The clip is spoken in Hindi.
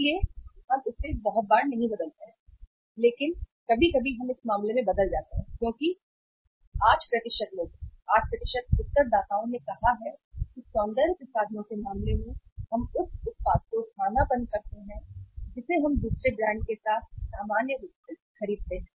इसलिए हम इसे बहुत बार नहीं बदलते हैं लेकिन कभी कभी हम इस मामले में बदल जाते हैं क्योंकि 8 लोग 8 उत्तरदाताओं ने कहा है कि सौंदर्य प्रसाधनों के मामले में हम उस उत्पाद को स्थानापन्न करते हैं जिसे हम दूसरे ब्रांड के साथ सामान्य रूप से खरीदते हैं